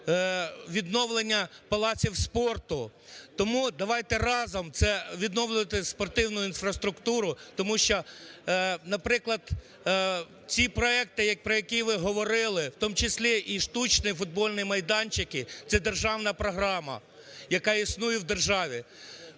відновлення палаців спорту. Тому давайте разом це відновлювати, спортивну інфраструктуру тому, що, наприклад, ці проекти, про які ви говорили, в тому числі і штучні футбольні майданчики, – це державна програма, яка існує в державі.